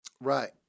Right